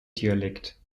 dialekt